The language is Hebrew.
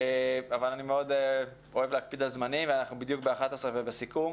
אני מאוד אוהב להקפיד על הזמנים ואנחנו בדיוק בשעה 11:00 ובסיכום.